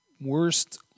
worst